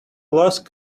lost